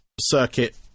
circuit